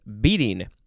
beating